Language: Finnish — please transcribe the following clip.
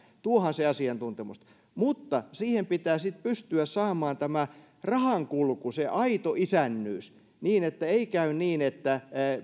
tuohan se asiantuntemusta mutta siihen pitää sitten pystyä saamaan rahankulku se aito isännyys niin että ei käy niin että